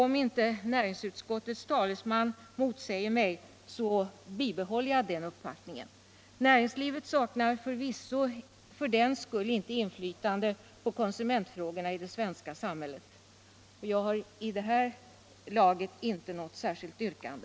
Om inte näringsutskottets talesman motsäger mig här, så bibehåller jag den uppfattningen. Näringslivet saknar förvisso för den skull inte inflytande på konsumentfrågorna i det svenska samhället. Fru talman! Jag har i detta sammanhang inget särskilt yrkande.